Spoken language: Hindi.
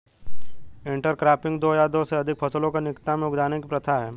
इंटरक्रॉपिंग दो या दो से अधिक फसलों को निकटता में उगाने की प्रथा है